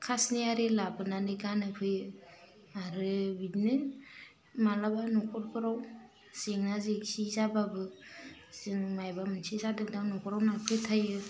खास्नि आरि लाबोनानै गानहो फैयो आरो बिदिनो मालाबा न'खरफोराव जेंना जेंसि जाबाबो जों मायबा मोनसे जादोंदां न'खराव होन्नानै फोथाइयो